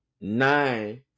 nine